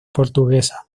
portuguesa